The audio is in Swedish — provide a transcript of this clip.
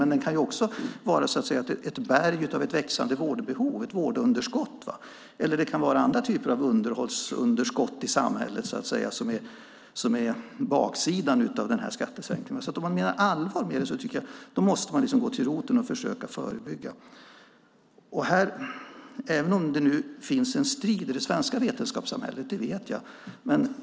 Men det kan också vara ett berg i form av ett växande vårdbehov, ett vårdunderskott eller andra typer av underhållsunderskott i samhället som är baksidan av skattesänkningen. Om man menar allvar med detta måste man gå till roten och försöka förebygga. Det finns nu en strid i det svenska vetenskapssamhället. Det vet jag.